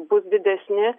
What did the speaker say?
bus didesni